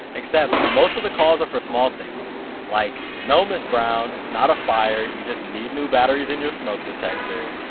except that most of the calls are for small things like, no, miss brown. it's not a fire, you just need new batteries in your smoke detector.